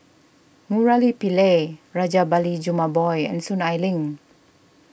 Murali Pillai Rajabali Jumabhoy and Soon Ai Ling